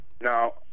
now